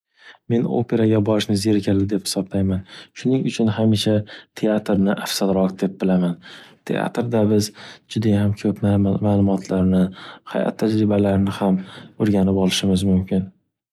Men operaga borishni zerikarli deb hisoblayman, shuning uchun hamisha teatrni afsalroq deb bilaman. Teatrda biz judayam ko'p maʼlumotlarni, hayot tajribalarini ham o'rganib olishimiz mumkin.